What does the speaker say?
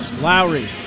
Lowry